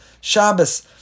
Shabbos